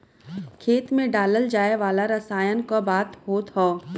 खेत मे डालल जाए वाला रसायन क बात होत हौ